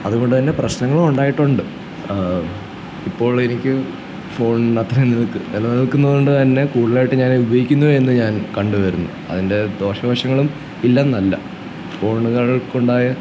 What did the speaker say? അതുകൊണ്ട് തന്നെ പ്രശ്നങ്ങളും ഉണ്ടായിട്ടുണ്ട് ഇപ്പോഴെനിക്ക് ഫോണ് അത്രയും നിൽക്ക് നിലനിക്കുന്നത് കൊണ്ട് തന്നെ കൂടുതലായിട്ടും ഞാൻ ഉപയോഗിക്കുന്നു എന്ന് ഞാൻ കണ്ടുവരുന്നു അതിൻ്റെ ദോഷവശങ്ങളും ഇല്ലെന്നല്ല ഫോണുകൾക്കുണ്ടായ